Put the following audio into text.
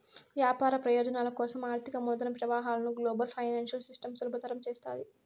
వ్యాపార ప్రయోజనాల కోసం ఆర్థిక మూలధన ప్రవాహాలను గ్లోబల్ ఫైనాన్సియల్ సిస్టమ్ సులభతరం చేస్తాది